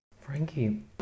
frankie